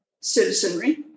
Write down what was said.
citizenry